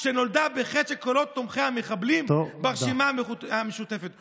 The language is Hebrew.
לא מאוחר לחבור לכוחות המתונים באמת וחפצי ההשתלבות בחברה הערבית.